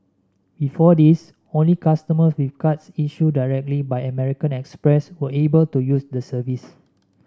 before this only customers with cards issued directly by American Express were able to use the service